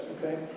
okay